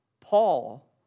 Paul